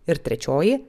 ir trečioji